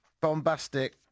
bombastic